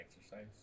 exercise